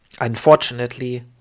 Unfortunately